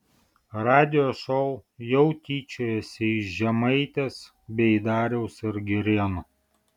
radijo šou jau tyčiojasi iš žemaitės bei dariaus ir girėno